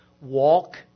Walk